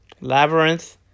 Labyrinth